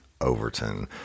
Overton